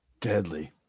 Deadly